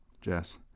Jess